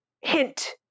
hint